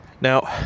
Now